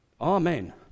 Amen